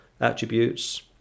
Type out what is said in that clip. attributes